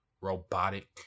robotic